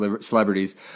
celebrities